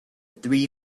three